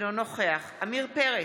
אינו נוכח עמיר פרץ,